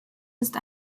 ist